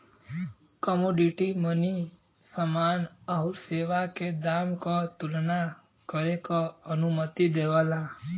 commodity money समान आउर सेवा के दाम क तुलना करे क अनुमति देवला